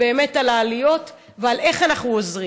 העליות ואיך אנחנו עוזרים,